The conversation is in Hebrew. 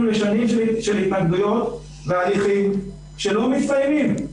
לשנים של התנגדויות והליכים שלא מסתיימים.